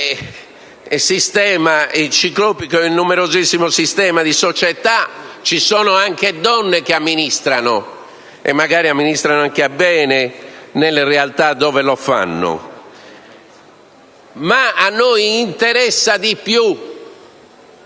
in questo ciclopico e numerosissimo sistema di società ci sono anche donne che amministrano (e forse amministrano anche bene nelle realtà dove fanno); a noi, però, interessa di più,